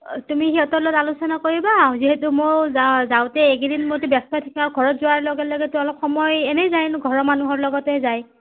অঁ তুমি সিহঁতৰ লগত আলোচনা কৰিবা যিহেতু মই যাওঁ যাওঁতে এইকেইদিন মইটো ব্যস্ত থাকিম আৰু ঘৰত যোৱাৰ লগে লগেতো অলপ সময় এনেই যায় ঘৰৰ মানুহৰ লগতেই যায়